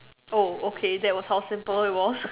oh okay that was how simple it was